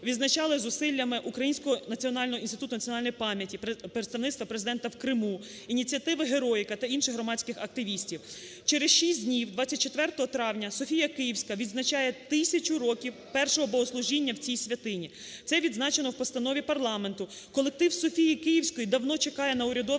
відзначали зусиллями Українського національного інституту національної пам'яті, представництва Президента в Криму, ініціативи "Героїка" та інших громадських активістів. Через шість днів 24 травня Софія Київська відзначає 1000 років першого Богослужіння в цій святині. Це відзначено в постанові парламенту. Колектив Софії Київської давно чекає на урядове